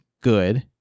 good